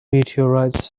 meteorites